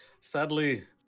Sadly